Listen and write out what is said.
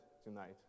tonight